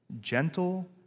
Gentle